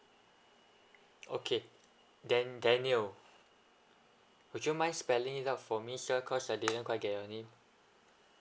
okay then daniel would you mind spelling it out for me sir cause I didn't quite get your name